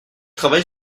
travail